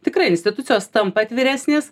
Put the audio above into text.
tikrai institucijos tampa atviresnės